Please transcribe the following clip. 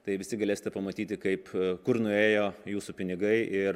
tai visi galėsite pamatyti kaip kur nuėjo jūsų pinigai ir